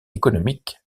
économique